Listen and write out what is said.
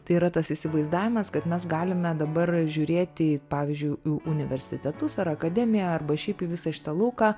tai yra tas įsivaizdavimas kad mes galime dabar žiūrėti į pavyzdžiui į universitetus ar akademiją arba šiaip į visą šitą lauką